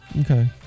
Okay